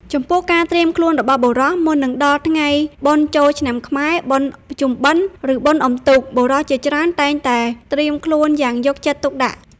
ចំពោះការត្រៀមខ្លួនរបស់បុរស មុននឹងដល់ថ្ងៃបុណ្យចូលឆ្នាំ ខ្មែរ បុណ្យភ្ជុំបិណ្ឌ ឬបុណ្យអុំទូក បុរសជាច្រើនតែងតែត្រៀមខ្លួនយ៉ាងយកចិត្តទុកដាក់។